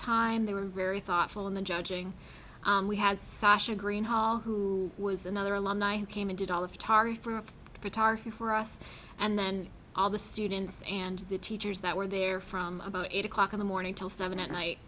time they were very thoughtful in the judging we had sasha green hall who was another alumni who came and did all of taare for photography for us and then all the students and the teachers that were there from about eight o'clock in the morning till seven at night